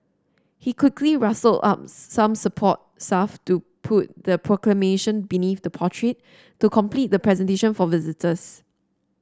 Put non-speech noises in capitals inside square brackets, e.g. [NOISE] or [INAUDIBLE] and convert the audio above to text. he quickly rustle up some support [UNINTELLIGIBLE] to put the proclamation beneath the portrait to complete the presentation for visitors